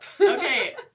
Okay